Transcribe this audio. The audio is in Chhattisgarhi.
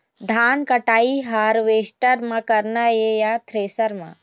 धान कटाई हारवेस्टर म करना ये या थ्रेसर म?